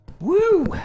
Woo